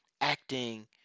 acting